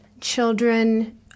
children